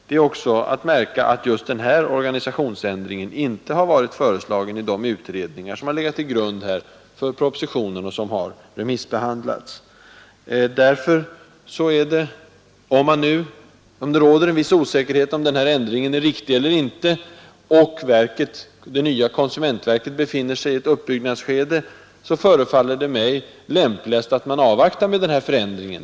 Det är också att märka att just den här organisationsändringen inte har varit föreslagen i de utredningar som har legat till grund för propositionen och som har remissbehandlats. Om det nu råder en viss osäkerhet i fråga om det riktiga i att vidta den här förändringen och det nya konsumentverket befinner sig i ett uppbyggnadsskede, så förefaller det mig lämpligast att avvakta med förändringar.